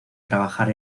trabajar